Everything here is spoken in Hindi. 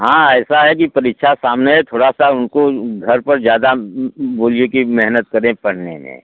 हाँ ऐसा है कि परीक्षा सामने है थोड़ा सा उनको घर पर ज़्यादा बोलिए कि मेहनत करें पढ़ने में